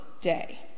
day